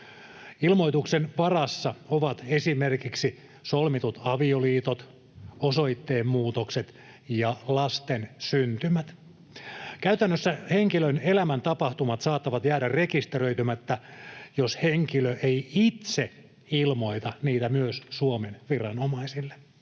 Ilmoituksen varassa ovat esimerkiksi solmitut avioliitot, osoitteenmuutokset ja lasten syntymät. Käytännössä henkilön elämäntapahtumat saattavat jäädä rekisteröitymättä, jos henkilö ei itse ilmoita niitä myös Suomen viranomaisille.